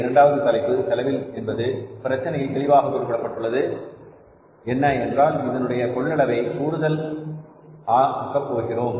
இரண்டாவது தலைப்பு செலவில் என்பது பிரச்சனையில் தெளிவாக குறிப்பிடப்பட்டுள்ளது என்ன என்றால் இதனுடைய கொள்ளளவை கூடுதல் ஆக்கப் போகிறோம்